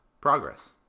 progress